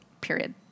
period